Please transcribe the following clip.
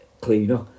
cleaner